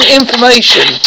information